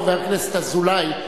חבר הכנסת אזולאי,